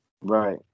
Right